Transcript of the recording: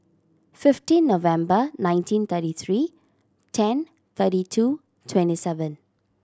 fifteen November nineteen thirty three ten thirty two twenty seven